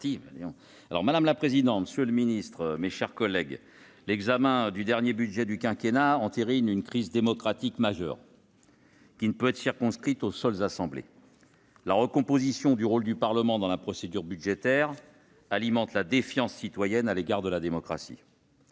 Madame la présidente, monsieur le ministre, mes chers collègues, l'examen du dernier budget du quinquennat entérine une crise démocratique majeure, qui ne peut être circonscrite aux seules assemblées. La recomposition du rôle du Parlement dans la procédure budgétaire alimente la défiance citoyenne à l'égard de la démocratie.